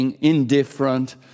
indifferent